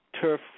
Turf